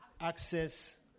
Access